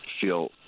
feel